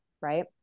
right